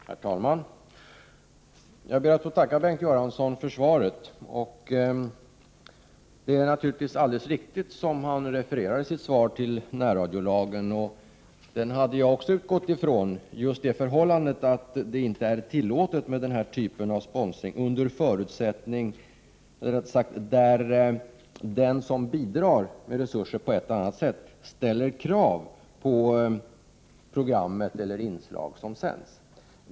Herr talman! Jag ber att få tacka Bengt Göransson för svaret. Det som han refererade i sitt svar om närradiolagen är naturligtvis riktigt. Jag utgick också från det förhållandet att det inte är tillåtet med den här typen av sponsring, där den som bidrar med resurser på ett eller annat sätt ställer krav på program eller inslag som sänds.